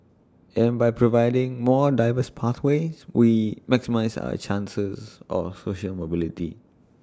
and by providing more diverse pathways we maximise our chances of social mobility